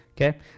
Okay